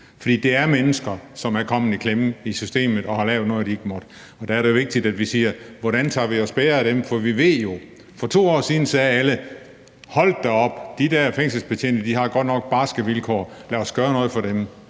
For det er mennesker, som er kommet i klemme i systemet, og som har lavet noget, de ikke måtte. Der er det jo vigtigt, at vi siger, at hvordan tager vi os bedre af dem? For to år siden sagde alle: Hold da op, de der fængselsbetjente har godt nok barske vilkår, lad os gøre noget for dem.